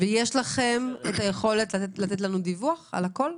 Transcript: יש לכם את היכולת לתת לנו דיווח על הכול?